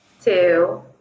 two